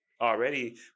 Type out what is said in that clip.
already